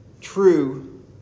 true